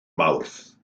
mawrth